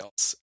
else